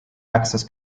access